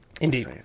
Indeed